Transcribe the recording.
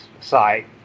site